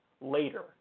later